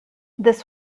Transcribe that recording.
this